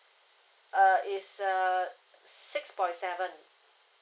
uh it's a six point seven